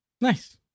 nice